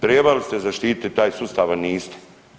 Trebali ste zaštiti taj sustav, a niste.